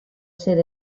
zer